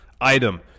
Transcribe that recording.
item